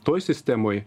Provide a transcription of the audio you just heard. toj sistemoj